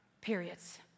periods